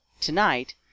Tonight